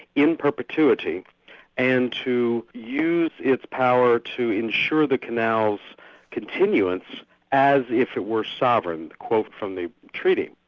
in perpetuity and to use its power to ensure the canal's continuance as if it were sovereign, quote from the treaty.